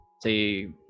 say